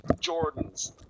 Jordans